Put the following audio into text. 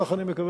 כך אני מקווה,